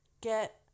get